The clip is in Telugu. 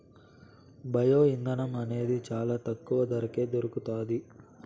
బయో ఇంధనం అనేది చానా తక్కువ ధరకే దొరుకుతాది